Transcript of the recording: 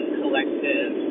collective